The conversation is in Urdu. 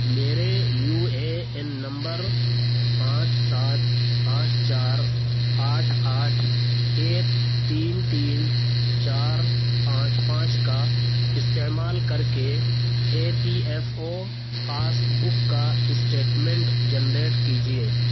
میرے یو اے این نمبر پاںچ سات آٹھ چار آٹھ آٹھ ایک تین تین چار پانچ پاںچ کا استعمال کر کے E P F O passbook کا اسٹیٹمینٹ جنریٹ کیجیے